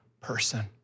person